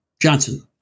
Johnson